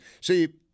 see